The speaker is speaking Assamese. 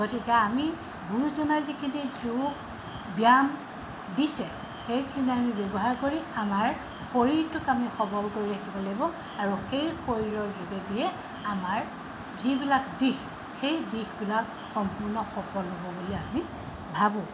গতিকে আমি গুৰুজনাৰ যিখিনি যোগ ব্যায়াম দিছে সেইখিনি আমি ব্যৱহাৰ কৰি আমাৰ শৰীৰটোক আমি সবল কৰি ৰাখিব লাগিব আৰু সেই শৰীৰৰ যোগেদিয়ে আমাৰ যিবিলাক দিশ সেই দিশবিলাক সম্পূৰ্ণ সফল হ'ব বুলি আমি ভাবোঁ